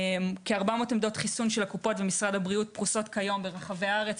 כ-400 עמדות חיסון של הקופות במשרד הבריאות פרוסות כיום ברחבי הארץ.